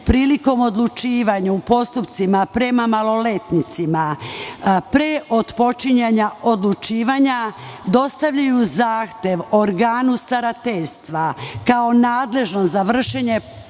prilikom odlučivanja u postupcima prema maloletnicima, pre otpočinjanja odlučivanja dostavlja zahtev organu starateljstva, kao nadležnom za vršenje poslova